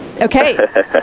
Okay